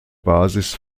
basis